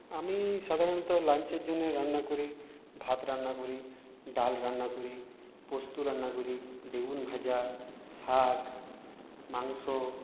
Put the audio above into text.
আমি সাধারণত লাঞ্চের জন্যে রান্না করি ভাত রান্না করি ডাল রান্না করি পোস্ত রান্না করি বেগুন ভাজা শাক মাংস